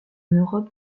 europe